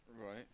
Right